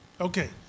okay